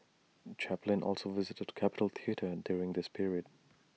Chaplin also visited capitol theatre during this period